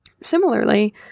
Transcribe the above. Similarly